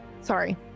Sorry